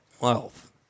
wealth